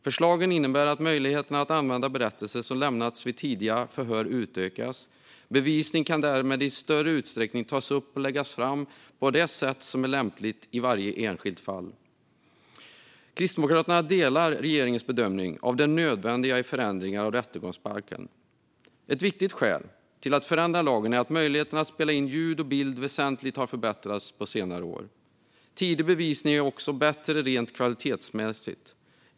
Förslagen innebär att möjligheterna att använda berättelser som lämnats vid tidiga förhör utökas. Bevisning kan därmed i större utsträckning tas upp och läggas fram på det sätt som är lämpligt i varje enskilt fall. Kristdemokraterna delar regeringens bedömning om det nödvändiga i förändringar av rättegångsbalken. Ett viktigt skäl att förändra lagen är att möjligheten att spela in ljud och bild väsentligt har förbättrats på senare år. Tidig bevisning är också bättre rent kvalitetsmässigt.